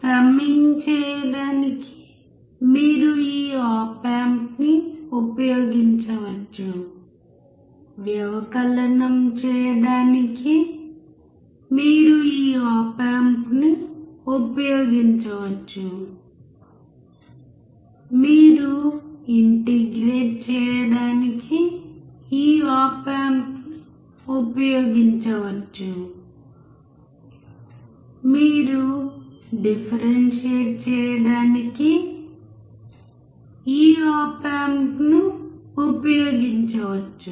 summing చేయడానికి మీరు ఈ ఆప్ ఆంప్ ని ఉపయోగించవచ్చు వ్యవకలనం చేయడానికి మీరు ఈ ఆప్ ఆంప్ ని ఉపయోగించవచ్చు మీరు ఇంటిగ్రేట్ చేయడానికి ఈ ఆప్ ఆంప్ ని ఉపయోగించవచ్చు మీరు డిఫరెన్షియిట్ చేయడానికి ఈ ఆప్ ఆంప్ ని ఉపయోగించవచ్చు